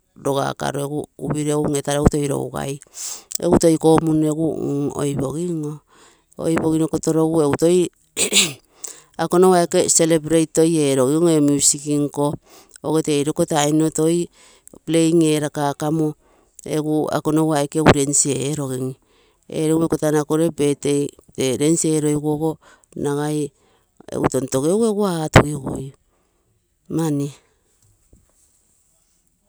Roga karo toi egu upiro egu ngetaro toi egu rougai egu toi kommunno egu oipogin oo. Oi pogino kotorogu egu toi, ako nogu aike celebrate erogin ne, ee music nko ogo tee iko tainolo toi, playing erakakamo, egu ako nogu aike egu dance erogim, erogimo iko tainolo akogere birthday, tee dance erogiguogo, nagai egu tontogeugu egu otugiguo mani.